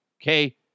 Okay